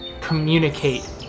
communicate